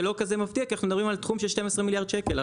זה לא כזה מפתיע כי אנחנו מדברים על תחום של 12 מיליארד שקל.